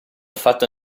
fatto